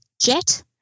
jet